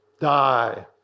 die